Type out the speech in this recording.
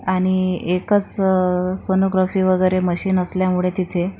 आणि एकच सोनोग्राफी वगैरे मशीन असल्यामुळे तिथे